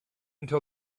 until